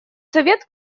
совет